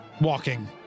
walking